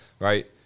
right